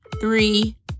three